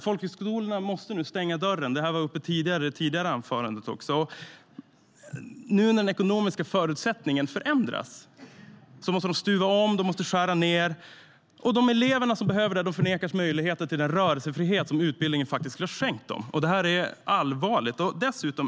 Folkhögskolorna måste nu stänga dörren - det var uppe i ett tidigare anförande. Nu när de ekonomiska förutsättningarna förändras måste de stuva om och skära ned. De elever som behöver förnekas möjlighet till den rörelsefrihet som utbildningen faktiskt skulle ha skänkt dem. Det är allvarligt.